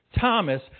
Thomas